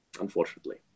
unfortunately